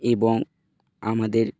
এবং আমাদের